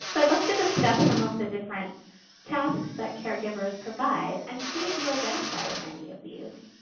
i'd like to discuss some of the different tasks that caregivers provide and see if you identify with any of these.